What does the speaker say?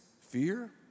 fear